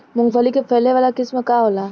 मूँगफली के फैले वाला किस्म का होला?